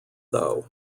though